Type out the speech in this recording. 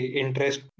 interest